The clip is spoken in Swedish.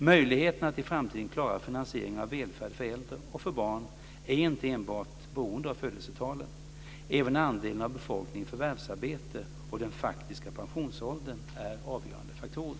Möjligheterna att i framtiden klara finansieringen av välfärd för äldre, och för barn, är inte enbart beroende av födelsetalen. Även andelen av befolkningen i förvärvsarbete och den faktiska pensionsåldern är avgörande faktorer.